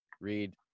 Read